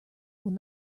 will